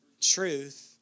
truth